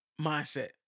mindset